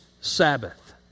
Sabbath